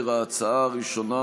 ההצעה הראשונה,